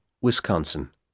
Wisconsin